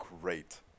great